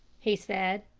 he said.